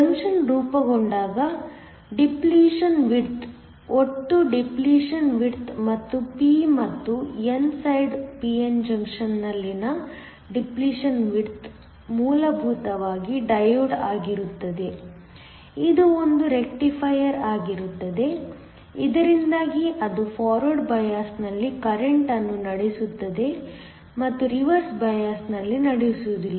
junction ರೂಪುಗೊಂಡಾಗ depletion width ಒಟ್ಟು depletion width ಮತ್ತು p ಮತ್ತು n ಸೈಡ್ pn ಜಂಕ್ಷನ್ನಲ್ಲಿನ ಡೈಪ್ಲೀಷನ್ ವಿಡ್ತ್ ಮೂಲಭೂತವಾಗಿ ಡಯೋಡ್ ಆಗಿರುತ್ತದೆ ಇದು ಒಂದು ರೆಕ್ಟಿಫೈಯರ್ ಆಗಿರುತ್ತದೆ ಇದರಿಂದಾಗಿ ಅದು ಫಾರ್ವರ್ಡ್ ಬಯಾಸ್ನಲ್ಲಿ ಕರೆಂಟ್ ಅನ್ನು ನಡೆಸುತ್ತದೆ ಮತ್ತು ರಿವರ್ಸ್ ಬಯಾಸ್ ನಲ್ಲಿ ನಡೆಸುವುದಿಲ್ಲ